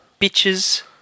bitches